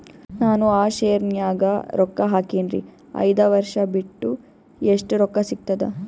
ನಾನು ಆ ಶೇರ ನ್ಯಾಗ ರೊಕ್ಕ ಹಾಕಿನ್ರಿ, ಐದ ವರ್ಷ ಬಿಟ್ಟು ಎಷ್ಟ ರೊಕ್ಕ ಸಿಗ್ತದ?